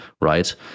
right